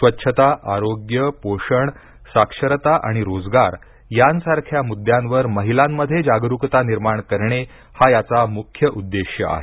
स्वच्छता आरोग्य पोषण साक्षरता आणि रोजगार यांसारख्या मुद्द्यांवर महिलांमध्ये जागरूकता निर्माण करणे हा याचा मुख्य उद्देश्य आहे